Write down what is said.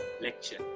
lecture